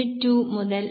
2 മുതൽ 1